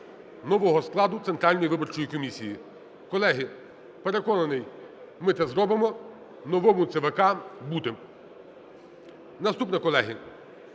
нового складу Центральної виборчої комісії. Колеги, переконаний, ми це зробимо, новому ЦВК бути. Наступне, колеги.